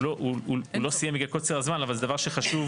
חשוב,